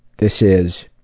this is